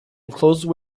enclosed